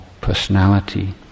personality